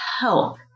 help